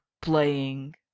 playing